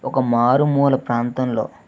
ఒక మారుమూల ప్రాంతంలో